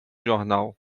jornal